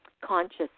conscious